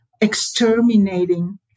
exterminating